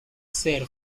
ser